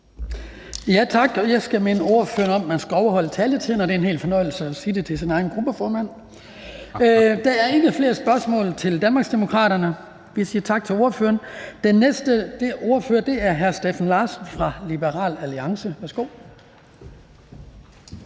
Tak. Jeg skal minde ordføreren om, at man skal overholde taletiden. Det er en hel fornøjelse at sige det til sin egen gruppeformand. Der er ikke flere spørgsmål til Danmarksdemokraterne. Vi siger tak til ordføreren. Den næste ordfører er hr. Steffen Larsen fra Liberal Alliance. Værsgo.